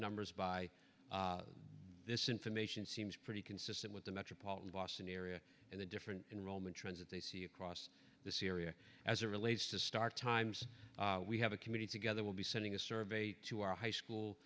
numbers by this information seems pretty consistent with the metropolitan boston area and the different enrollment trends that they see across the syria as it relates to start times we have a committee together we'll be sending a survey to our high school